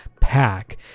pack